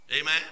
Amen